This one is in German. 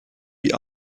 wie